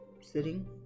sitting